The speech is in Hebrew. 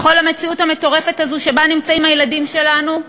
בכל המציאות המטורפת הזו, שבה נמצאים הילדים שלנו,